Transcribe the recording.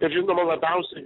ir žinoma labiausiai